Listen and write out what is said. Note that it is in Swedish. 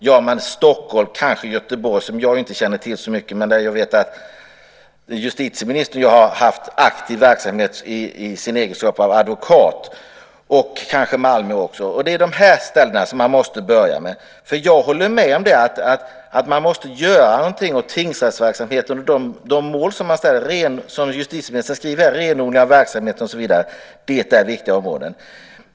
Jo, i Stockholm, kanske Göteborg, som jag inte känner till så mycket men där jag vet att justitieministern ju har varit aktiv i egenskap av advokat. Kanske gäller det också Malmö. Det är de här ställena som man måste börja med. Jag håller med om att man måste göra någonting åt tingsrättsverksamheten och de mål som man ställer, som justitieministern skriver här, det vill säga att renodla verksamheten och så vidare. Det är viktiga områden.